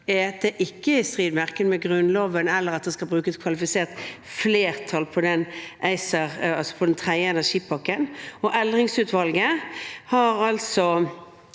at dette ikke er i strid med verken Grunnloven eller at det skal brukes kvalifisert flertall på den tredje energipakken. Eldringutvalget har veldig